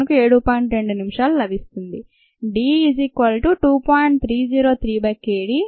2 నిమిషాలు లభిస్తుంది